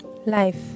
Life